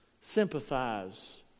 sympathize